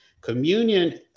Communion